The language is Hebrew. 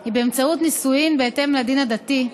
היא באמצעות נישואין בהתאם לדין הדתי,